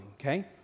okay